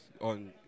on